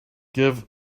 give